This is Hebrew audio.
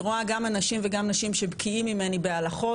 אני רואה גם אנשים וגם נשים שבקיאים ממני בהלכות.